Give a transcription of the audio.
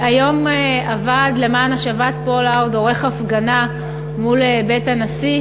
היום הוועד למען השבת פולארד עורך הפגנת מול בית הנשיא.